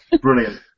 Brilliant